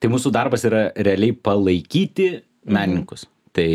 tai mūsų darbas yra realiai palaikyti menininkus tai